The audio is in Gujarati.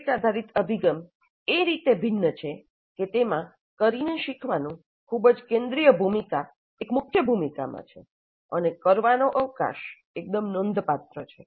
પ્રોજેક્ટ આધારિત અભિગમ એ રીતે ભિન્ન છે કે તેમાં કરીને શીખવાનું' ખૂબ જ કેન્દ્રિય ભૂમિકા એક મુખ્ય ભૂમિકા માં છે 'અને 'કરવા' નો અવકાશ એકદમ નોંધપાત્ર છે